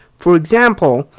for example,